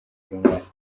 zinyuranye